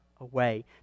away